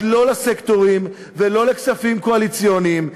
לא לסקטורים ולא לכספים קואליציוניים,